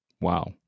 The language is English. Wow